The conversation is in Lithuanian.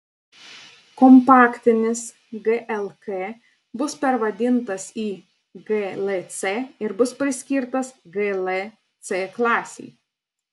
kompaktinis glk bus pervadintas į glc ir bus priskirtas gl c klasei